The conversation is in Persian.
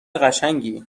قشنگی